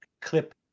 Clip